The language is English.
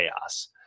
chaos